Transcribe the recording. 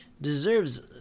deserves